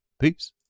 Peace